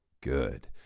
good